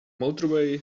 motorway